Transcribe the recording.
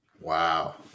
Wow